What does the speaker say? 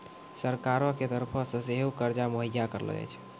सरकारो के तरफो से सेहो कर्जा मुहैय्या करलो जाय छै